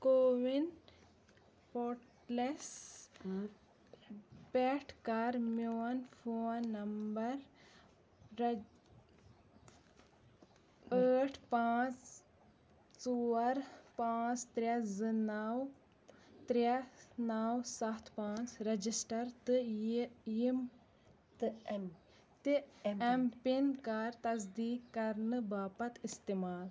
CoWIN portals پٮ۪ٹھ کر میٛون فون نمبر رَ ٲٹھ پانٛژھ ژور پاںٛژھ ترٛےٚ زٕ نَو ترٛےٚ نَو سَتھ پانٚژھ رجسٹر تہٕ یہِ یِم تہٕ ایٚم پِن کر تصدیٖق کرنہٕ باپتھ اِستعمال